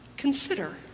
Consider